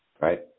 right